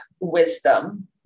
Wisdom